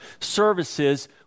services